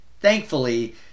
Thankfully